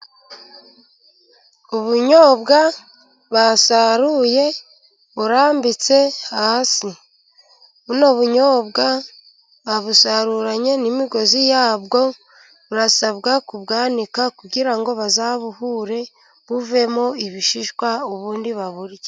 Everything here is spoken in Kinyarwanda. Ubunyobwa basaruye burambitse hasi. Buno bunyobwa babusaruranye n'imigozi yabwo. Burasabwa kubwanika kugira ngo bazabuhure, buvemo ibishishwa ubundi baburye.